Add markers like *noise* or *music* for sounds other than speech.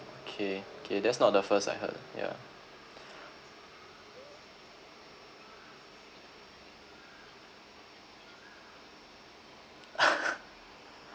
okay okay that's not the first I heard yeah *laughs*